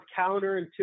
counterintuitive